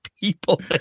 people